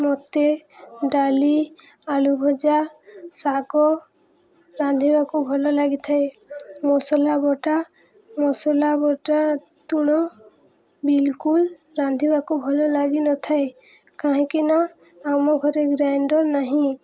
ମୋତେ ଡ଼ାଲି ଆଳୁ ଭଜା ଶାଗ ରାନ୍ଧିବାକୁ ଭଲ ଲାଗିଥାଏ ମସଲା ବଟା ମସଲା ବଟା ତୁଣ ବିଲ୍କୁଲ ରାନ୍ଧିବାକୁ ଭଲ ଲାଗିନଥାଏ କାହିଁକି ନା ଆମ ଘରେ ଗ୍ରାଇଣ୍ଡର ନାହିଁ